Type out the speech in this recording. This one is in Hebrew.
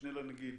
המשנה לנגיד,